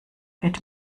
wird